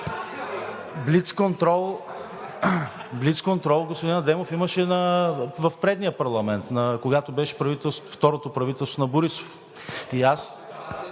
Блицконтрол, господин Адемов, имаше в предния парламент, когато беше второто правителство на Борисов.